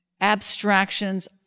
abstractions